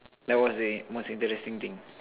that was the most interesting thing